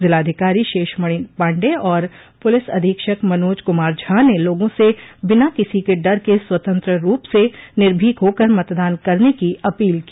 जिलाधिकारी शेषमणि पांडेय और पुलिस अधीक्षक मनोज कुमार झा ने लोगों से बिना किसी के डर के स्वतंत्र रूप से निर्भीक होकर मतदान करने की अपील की